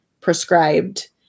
prescribed